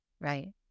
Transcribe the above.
right